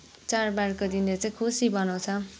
चाडबाडको दिनले चाहिँ खुसी बनाउँछ